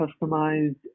customized